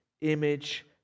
image